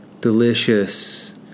delicious